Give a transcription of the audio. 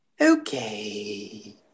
Okay